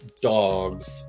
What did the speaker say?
dogs